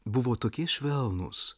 buvo tokie švelnūs